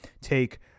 take